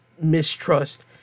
mistrust